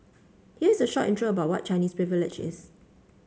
here is a short intro about what Chinese Privilege is